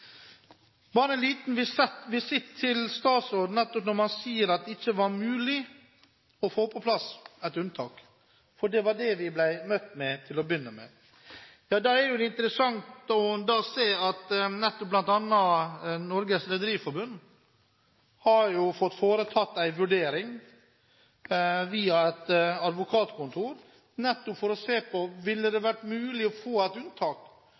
bare en liten visitt til statsråden, som sier at det ikke var mulig å få på plass et unntak. Det var det vi ble møtt med til å begynne med. Da er det interessant å se at bl.a. Norges Rederiforbund har fått foretatt en vurdering via et advokatkontor nettopp for å se på om det ville vært mulig å få et unntak.